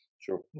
Sure